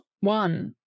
one